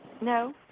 No